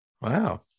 Wow